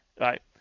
right